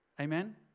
Amen